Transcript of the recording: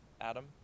Adam